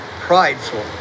prideful